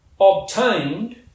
obtained